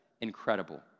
incredible